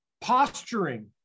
posturing